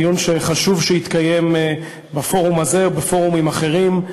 דיון שחשוב שיתקיים בפורום הזה ובפורומים אחרים.